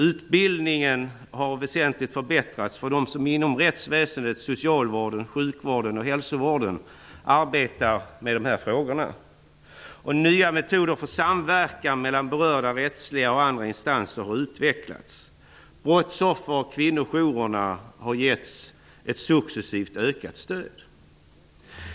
Utbildningen har väsentligt förbättrats för dem som inom rättsväsendet, socialvården, sjukvården och hälsovården arbetar med dessa frågor. Nya metoder för samverkan mellan berörda rättsliga och andra instanser har utvecklats. Brottsoffer och kvinnojourerna har getts ett successivt ökat stöd.